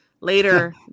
Later